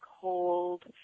cold